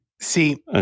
See